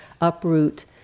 uproot